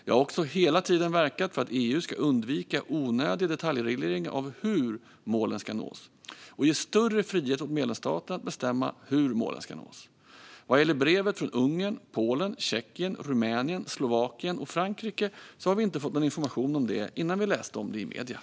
Jag har också hela tiden verkat för att EU ska undvika onödig detaljreglering av hur målen ska nås och ge större frihet åt medlemsstaterna att bestämma hur målen ska nås. Vad gäller brevet från Ungern, Polen, Tjeckien, Rumänien, Slovakien, Slovenien och Frankrike hade vi inte fått någon information om det innan vi läste om det i medierna.